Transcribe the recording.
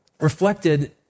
reflected